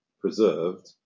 preserved